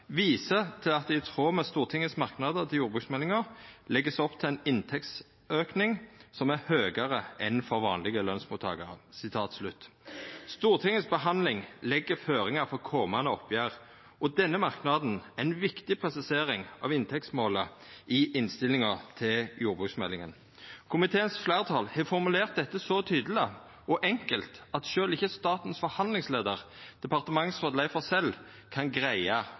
viser til at det i tråd med Stortingets merknader til jordbruksmeldingen legges opp til en inntektsøkning som er høyere enn for vanlige lønnsmottakere.» Stortingsbehandlinga legg føringar for komande oppgjer, og denne merknaden er ei viktig presisering av inntektsmålet i innstillinga til jordbruksmeldinga. Fleirtalet i komiteen har formulert dette så tydeleg og enkelt at sjølv ikkje forhandlingsleiaren for staten, departementsråd Leif Forsell, kan greia